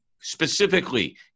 Specifically